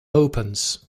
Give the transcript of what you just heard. opens